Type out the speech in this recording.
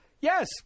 yes